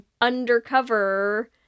undercover